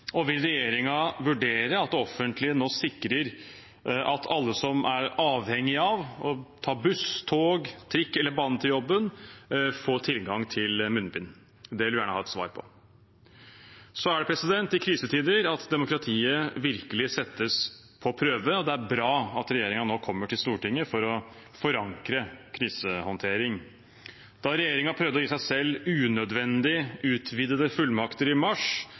og vil regjeringen vurdere at det offentlige nå sikrer at alle som er avhengige av å ta buss, tog, trikk eller bane til jobben, får tilgang til munnbind? Det vil vi gjerne ha et svar på. Det er i krisetider at demokratiet virkelig settes på prøve, og det er bra at regjeringen nå kommer til Stortinget for å forankre krisehåndtering. Da regjeringen prøvde å gi seg selv unødvendig utvidede fullmakter i mars